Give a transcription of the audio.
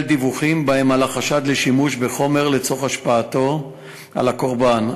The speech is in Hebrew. דיווחים שבהם עלה חשד לשימוש בחומר לצורך השפעתו על הקורבן,